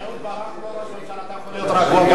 אהוד ברק לא ראש ממשלה, אתה יכול להיות רגוע.